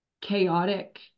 chaotic